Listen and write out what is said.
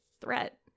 threat